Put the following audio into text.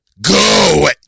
go